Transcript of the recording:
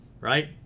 right